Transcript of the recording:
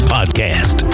Podcast